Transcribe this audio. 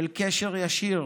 קשר ישיר